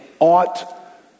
ought